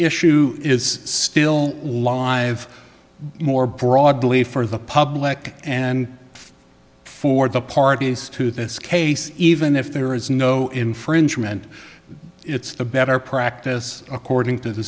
issue is still live more broadly for the public and for the parties to this case even if there is no infringement it's the better practice according to the